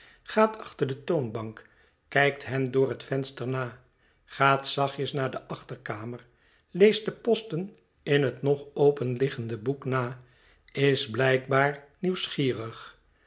gaat achter de toonbank kijkt hen door het venster na gaat zachtjes naar de achterkamer leest de posten in het nog openliggende boek na is blijkbaar nieuwsgierig